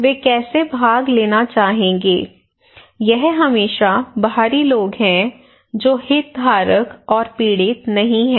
वे कैसे भाग लेना चाहेंगे यह हमेशा बाहरी लोग हैं जो हितधारक और पीड़ित नहीं हैं